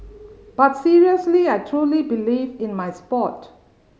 but seriously I truly believe in my sport